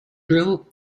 drill